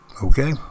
okay